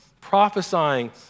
prophesying